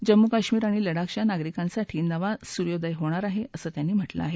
जम्मू काश्मीर आणि लडाख च्या नागरिकांसाठी नवा सर्वोदय होणार आहे असंही त्यांनी म्हटलं आहे